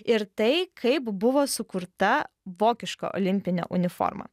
ir tai kaip buvo sukurta vokiška olimpinė uniforma